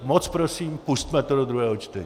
Moc prosím, pusťme to do druhého čtení.